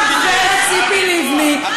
עלתה פה גברת ציפי לבני,